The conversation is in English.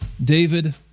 David